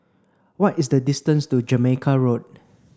what is the distance to Jamaica Road